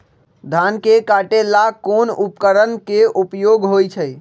धान के काटे का ला कोंन उपकरण के उपयोग होइ छइ?